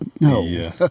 no